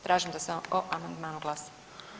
Tražim da se o amandmanu glasa.